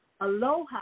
aloha